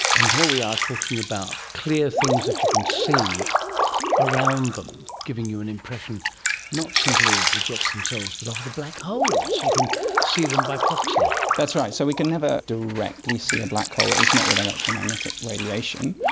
and here we are talking about clear things that you can see around them, giving you an impression not simply of the jets themselves but of the black holes, you can see them by proxy. that's right, so we can never directly see a black hole, at least not with electromagnetic radiation.